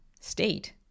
state